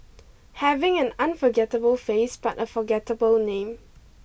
having an unforgettable face but a forgettable name